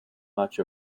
much